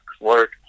work